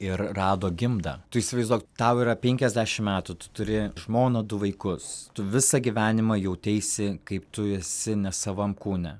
ir rado gimdą tu įsivaizduok tau yra penkiasdešim metų tu turi žmoną du vaikus tu visą gyvenimą jauteisi kaip tu esi ne savam kūne